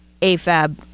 AFAB